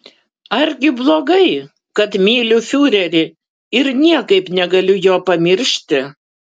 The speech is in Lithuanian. argi blogai kad myliu fiurerį ir niekaip negaliu jo pamiršti